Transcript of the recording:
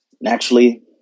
naturally